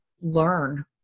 learn